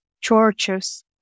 churches